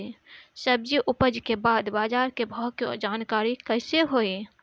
सब्जी उपज के बाद बाजार के भाव के जानकारी कैसे होई?